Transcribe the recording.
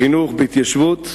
בחינוך, בהתיישבות,